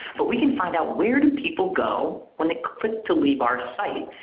but we can find out where to people go when they click to leave our site.